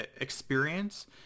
experience